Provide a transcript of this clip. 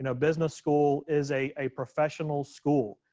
and business school is a a professional school.